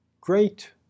great